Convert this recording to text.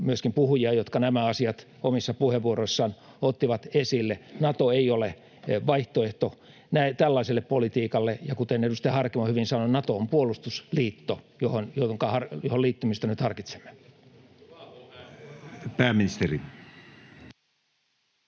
myöskin niitä puhujia, jotka nämä asiat omissa puheenvuoroissaan ottivat esille. Nato ei ole vaihtoehto tällaiselle politiikalle, ja kuten edustaja Harkimo hyvin sanoi, Nato on puolustusliitto, johon liittymistä nyt harkitsemme. [Oikealta: